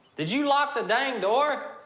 did you lock the dang door?